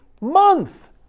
month